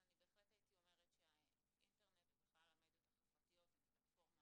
אז אני בהחלט הייתי אומרת שאינטרנט ובכלל המדיות החברתיות הן פלטפורמה